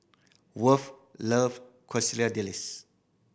Worth love Quesadillas